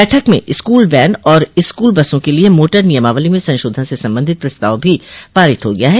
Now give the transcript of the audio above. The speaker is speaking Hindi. बैठक में स्कूल वैन और स्कूल बसों के लिये मोटर नियमावली में संशोधन से संबंधित प्रस्ताव भी पारित हो गया है